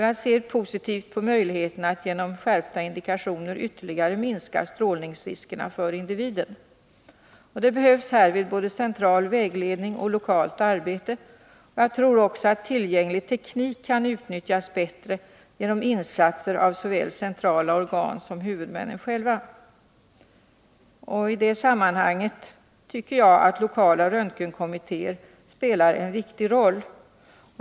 Jag ser positivt på möjligheterna att genom skärpta indikationer ytterligare minska strålningsriskerna för individen. Det behövs härvid både central vägledning och lokalt arbete. Jag tror också att tillgänglig teknik kan utnyttjas bättre genom insatser av såväl centrala organ som huvudmännen själva. I detta sammanhang tycker jag att lokala röntgenkommittéer spelar en viktig roll.